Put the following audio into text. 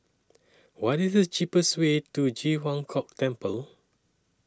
What IS The cheapest Way to Ji Huang Kok Temple